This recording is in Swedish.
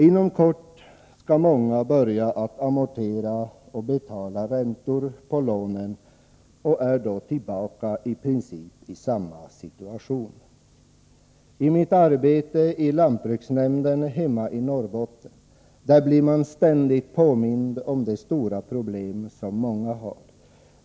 Inom kort skall många börja att amortera och betala ränta på lånen, och de är då i princip tillbaka i samma situation. I mitt arbete i lantbruksnämnden hemma i Norrbotten blir jag ständigt påmind om de stora problem som många har.